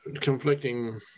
conflicting